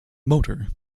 motor